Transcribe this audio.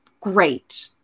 great